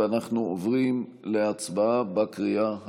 אנחנו עוברים להצבעה בקריאה השלישית.